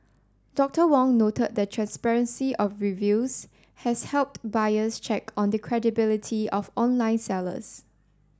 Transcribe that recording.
Doctor Wong noted the transparency of reviews has helped buyers check on the credibility of online sellers